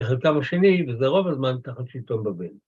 ‫בחלקם השני, וזה רוב הזמן ‫תחת שלטון בבל.